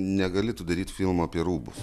negali tu daryt filmo apie rūbus